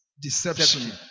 deception